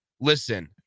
listen